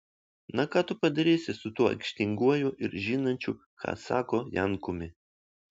na ką tu padarysi su tuo aikštinguoju ir žinančiu ką sako jankumi